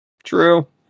True